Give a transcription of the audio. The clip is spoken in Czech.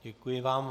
Děkuji vám.